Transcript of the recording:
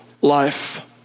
life